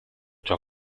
ciò